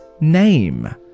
name